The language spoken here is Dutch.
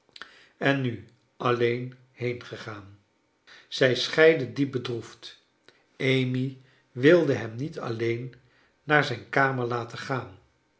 en nu alleen heengegaan zij scheidden diep bedroefd amy wilde hem niet alleen naar zijn kamer laten gaan